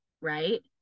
right